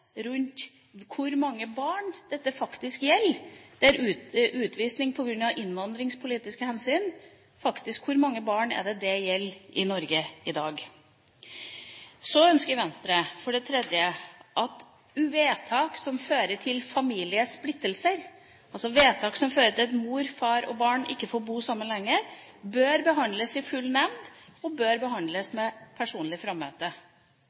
hvor mange barn som faktisk blir utvist på grunn av innvandringspolitiske hensyn? Hvor mange barn er det det gjelder i Norge i dag? For det tredje ønsker Venstre at vedtak som fører til familiesplittelser, til at mor, far og barn ikke får bo sammen lenger, behandles i full nemnd og behandles ved personlig frammøte